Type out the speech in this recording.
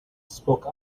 spoke